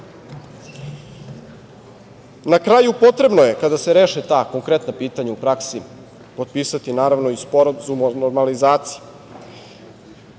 kraju, potrebno je, kada se reše ta konkretna pitanja u praksi, potpisati i sporazum o normalizaciji,